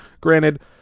Granted